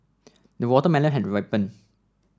the watermelon has ripened